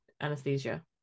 anesthesia